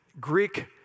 Greek